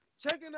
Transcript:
Checking